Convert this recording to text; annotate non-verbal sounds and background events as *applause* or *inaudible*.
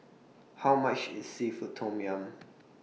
How much IS Seafood Tom Yum *noise*